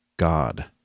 god